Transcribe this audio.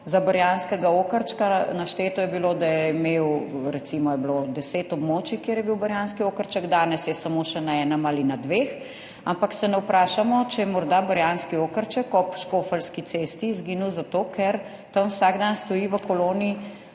za barjanskega okarčka. Našteto je bilo, da je bilo recimo deset območij, kjer je bil barjanski okarček, danes je samo še na enem ali na dveh, ampak se ne vprašamo, če je morda barjanski okarček ob škofeljski cesti izginil zato, ker tam vsak dan stoji v koloni